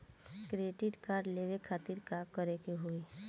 Credit card लेवे खातिर का करे के होई?